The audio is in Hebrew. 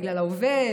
בגלל העובד,